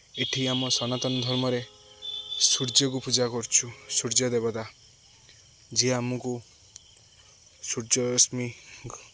ଏଇଠି ଆମ ସନାତନ ଧର୍ମରେ ସୂର୍ଯ୍ୟକୁ ପୂଜା କରୁଛୁ ସୂର୍ଯ୍ୟ ଦେବତା ଯିଏ ଆମକୁ ସୂର୍ଯ୍ୟ ରଶ୍ମି